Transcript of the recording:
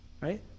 Right